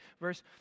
verse